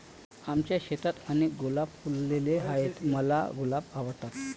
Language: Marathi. आमच्या शेतात अनेक गुलाब फुलले आहे, मला गुलाब आवडतात